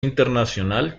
internacional